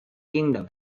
kingdom